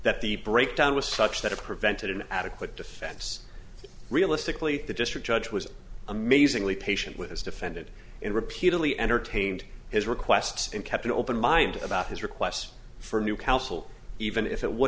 that the breakdown was such that it prevented an adequate defense realistically the district judge was amazingly patient with his defended in repeatedly entertained his requests and kept an open mind about his requests for new counsel even if it would